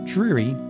Dreary